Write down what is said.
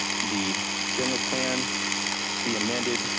the general plan be amended.